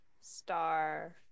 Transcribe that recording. Star